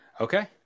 Okay